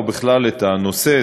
או בכלל את הנושא.